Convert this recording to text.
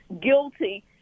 guilty